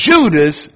Judas